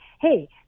Hey